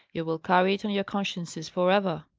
you will carry it on your consciences for ever.